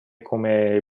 come